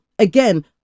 Again